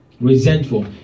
Resentful